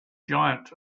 giant